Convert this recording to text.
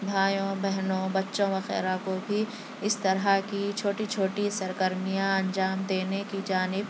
بھائیوں بہنوں بچوں وغیرہ کو بھی اِس طرح کی چھوٹی چھوٹی سرگرمیاں انجام دینے کی جانب